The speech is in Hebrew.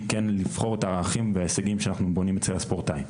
היא כן לבחור את הערכים וההישגים שאנחנו בונים אצל הספורטאי.